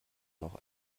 noch